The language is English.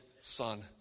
son